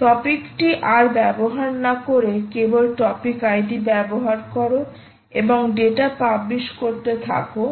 টপিকটি আর ব্যবহার না করে কেবল টপিক আইডি ব্যবহার করো এবং ডেটা পাবলিশ করতে থাকো